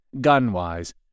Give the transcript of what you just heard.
gun-wise